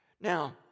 Now